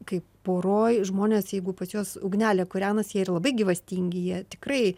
kai poroj žmonės jeigu pačios ugnelė kūrenasi jie yra labai gyvastingi jie tikrai